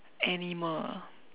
animal ah